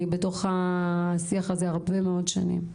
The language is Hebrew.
אני בתוך השיח הזה הרבה מאוד שנים.